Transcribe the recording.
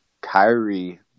Kyrie